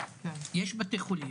יש בתי חולים,